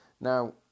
Now